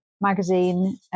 magazine